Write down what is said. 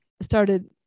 started